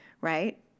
right